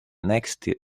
next